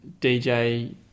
DJ